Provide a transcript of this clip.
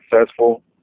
successful